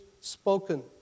spoken